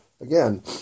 again